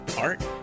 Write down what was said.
art